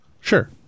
Sure